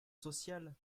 sociale